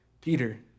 Peter